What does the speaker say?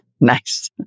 Nice